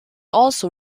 also